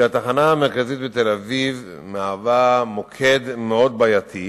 הם שהתחנה המרכזית בתל-אביב מהווה מוקד מאוד בעייתי.